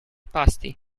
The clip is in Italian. pasti